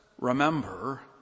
remember